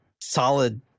solid